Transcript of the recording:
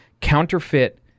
counterfeit